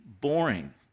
boring